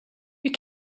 you